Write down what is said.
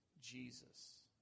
Jesus